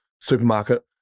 supermarket